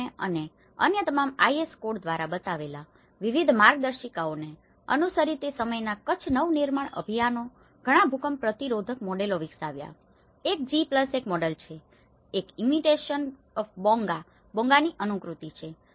GSDMA અને અન્ય તમામ IS કોડ દ્વારા બતાવેલ વિવિધ માર્ગદર્શિકાઓને અનુસરીને તે સમયના કચ્છ નવ નિર્માણ અભિયાને ઘણાં ભૂકંપ પ્રતિરોધક મોડેલો વિકસાવ્યા છે એક G1 મોડેલ છે એક ઈમિટેશન ઓફ બોંગાimitation of the Bongaબોંગાની અનુકૃતિ છે